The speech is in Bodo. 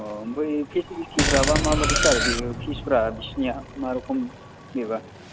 अ' ओमफ्राय फेसिलितिफ्राबा माबायदि सार बेयो फिसफ्रा बिसिनिया मा रोखोम बेबा